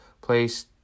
Place